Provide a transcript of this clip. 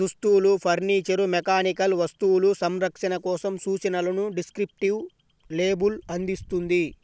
దుస్తులు, furniture, mechanical వస్తువులు, సంరక్షణ కోసం సూచనలను డిస్క్రిప్టివ్ లేబుల్ అందిస్తుంది